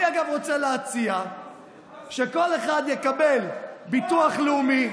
אני, אגב, רוצה להציע שכל אחד יקבל ביטוח לאומי,